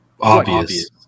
Obvious